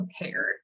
prepared